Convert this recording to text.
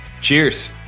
Cheers